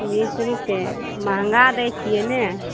बीस रुपे महगा दै छियै ने